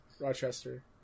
Rochester